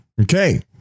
Okay